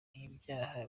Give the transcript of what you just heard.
ibyaha